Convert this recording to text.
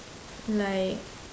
like